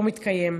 לא מתקיים.